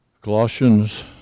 Colossians